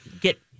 get